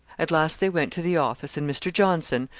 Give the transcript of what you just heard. at last they went to the office, and mr. johnson,